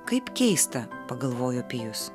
kaip keista pagalvojo pijus